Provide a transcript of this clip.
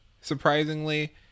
surprisingly